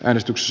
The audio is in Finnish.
äänestys